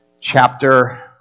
chapter